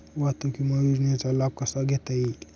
वाहतूक विमा योजनेचा लाभ कसा घेता येईल?